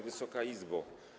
Wysoka Izbo!